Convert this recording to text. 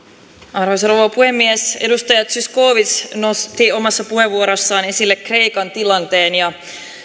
arvoisa rouva puhemies edustaja zyskowicz nosti omassa puheenvuorossaan esille kreikan tilanteen